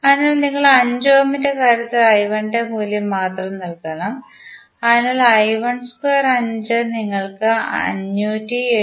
അതിനാൽ നിങ്ങൾ 5 ഓമിന്റെ കാര്യത്തിൽ I1 ന്റെ മൂല്യം മാത്രം നൽകണം അതിനാൽ I12 നിങ്ങൾക്ക് 579